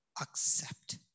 accept